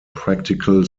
practical